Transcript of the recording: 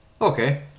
okay